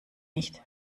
nicht